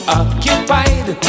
occupied